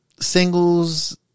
singles